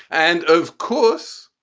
and, of course,